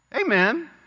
amen